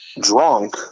drunk